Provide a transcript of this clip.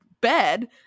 bed